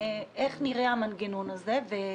איך נראה המנגנון הזה.